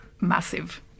Massive